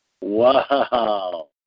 Wow